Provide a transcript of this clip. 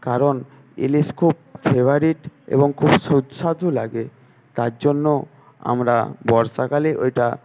কারণ ইলিশ খুব ফেভারিট এবং খুব সুস্বাদু লাগে তার জন্য আমরা বর্ষাকালে ওইটা